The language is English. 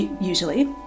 usually